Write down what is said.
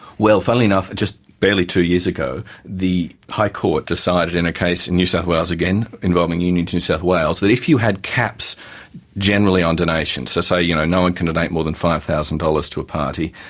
well, funnily enough, just barely two years ago the high court decided in a case in new south wales, again involving unions in new south wales, that if you had caps generally on donations, so say you know no one can donate more than five thousand dollars to a party,